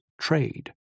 trade